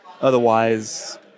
otherwise